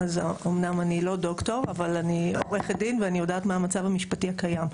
אמנם אני לא דוקטור אבל אני עורכת דין ואני יודעת מה המצב המשפטי הקיים.